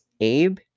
Abe